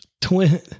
twin